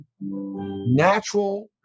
natural